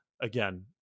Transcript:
Again